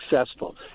successful